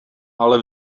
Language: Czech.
ale